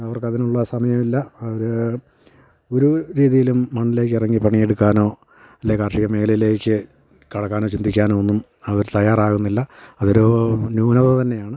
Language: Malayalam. അവർക്ക് അതിനുള്ള സമയമില്ല അവർ ഒരു രീതീലും മണ്ണിലേക്ക് ഇറങ്ങി പണി എടുക്കാനോ അല്ലേ കാർഷികമേഖലയിലേക്ക് കടക്കാനോ ചിന്തിക്കാനോവൊന്നും അവർ തയ്യാറാകുന്നില്ല അതൊരു ന്യൂനത തന്നെയാണ്